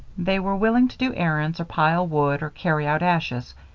they were willing to do errands or pile wood or carry out ashes,